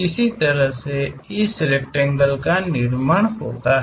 इस तरह से इस रेकटेंगेल का निर्माण होता है